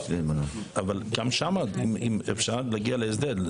גם שם אפשר להגיע להסדר.